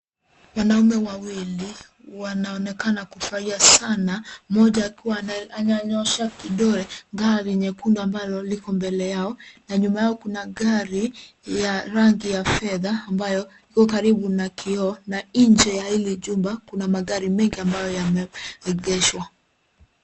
Wanaume wawili wanaonekana kufurahia sana, mmoja akiwa ananyosha kidole kwa gari nyekundu ambalo liko mbele yao na nyuma yao kuna gari ya rangi ya fedha ambayo iko karibu na kioo na nje ya ili jumba, kuna magari mengi ambayo yameegeshwa.